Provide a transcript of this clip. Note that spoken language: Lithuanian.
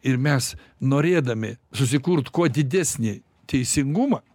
ir mes norėdami susikurt kuo didesnį teisingumą